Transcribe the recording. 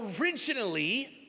originally